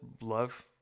love